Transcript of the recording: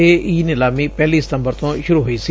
ਇਹ ਈ ਨਿਲਾਮੀ ਪਹਿਲੀ ਸਤੰਬਰ ਨੂੰ ਸ਼ੁਰੂ ਹੋਈ ਸੀ